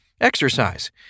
Exercise